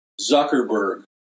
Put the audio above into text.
Zuckerberg